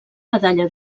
medalla